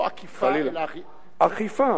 לא אכּיפה אלא אכיפה.